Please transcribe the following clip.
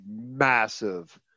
massive